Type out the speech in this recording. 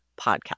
podcast